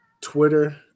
Twitter